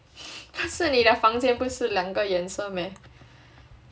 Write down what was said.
但是你的房间不是两个颜色 meh